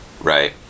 right